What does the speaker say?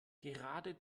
gerade